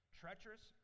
treacherous